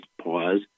pause